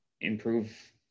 improve